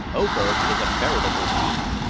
oberg is a veritable fiend.